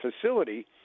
facility